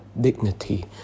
dignity